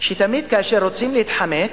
שתמיד כאשר רוצים להתחמק,